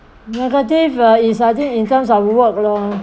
negative uh is I think in terms of work lor